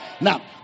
Now